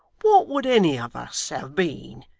what would any of us have been,